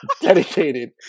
dedicated